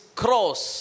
cross